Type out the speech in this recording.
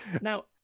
Now